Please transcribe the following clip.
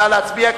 נא להצביע,